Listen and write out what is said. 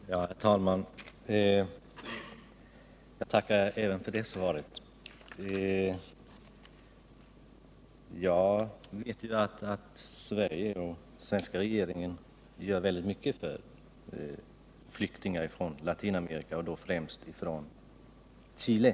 Herr talman! Jag tackar även för det här svaret. Jag vet ju att Sverige och den svenska regeringen gör mycket för flyktingar från Latinamerika och då främst för flyktingar från Chile.